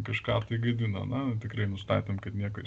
kažką tai gadina na tikrai nustatėm kad nieko jis